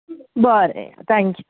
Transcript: बरें थँक्यू